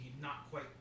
not-quite